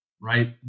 right